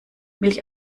milch